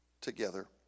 together